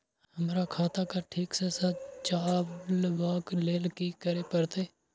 हमरा खाता क ठीक स चलबाक लेल की करे परतै